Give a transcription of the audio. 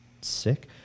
sick